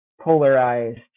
polarized